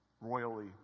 royally